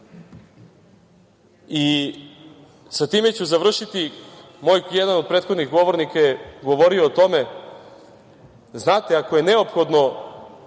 time ću završiti, moj jedan od prethodnih govornika je govorio o tome, znate, ako je neophodno